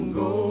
go